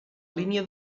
línia